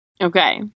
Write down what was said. Okay